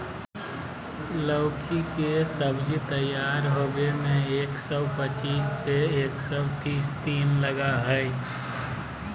लौकी के सब्जी तैयार होबे में एक सौ पचीस से एक सौ तीस दिन लगा हइ